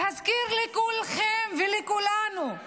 להזכיר לכולכם ולכולנו,